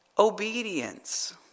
obedience